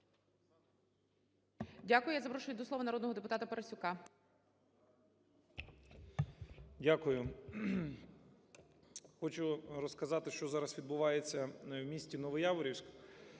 Дякую. Я запрошую до слова народного депутатаПарасюка. 12:48:08 ПАРАСЮК В.З. Дякую. Хочу розказати, що зараз відбувається в місті Новояворівськ,